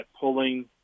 pulling